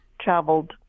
traveled